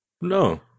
No